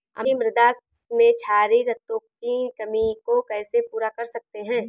अम्लीय मृदा में क्षारीए तत्वों की कमी को कैसे पूरा कर सकते हैं?